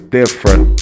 different